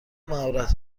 مهارت